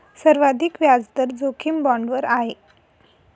सर्वाधिक व्याजदर जोखीम बाँडवर आहे